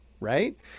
Right